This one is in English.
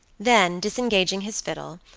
then, disengaging his fiddle,